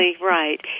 right